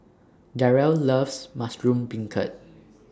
Darell loves Mushroom Beancurd